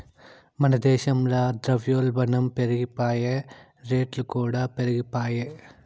మన దేశంల ద్రవ్యోల్బనం పెరిగిపాయె, రేట్లుకూడా పెరిగిపాయె